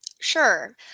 Sure